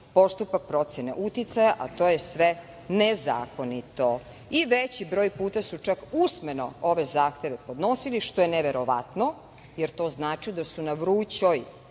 postupak procene uticaja, a to je sve nezakonito, i veći broj puta su čak usmeno ove zahteve podnosili, što je neverovatno, jer to znači da su na vrućoj